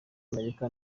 amerika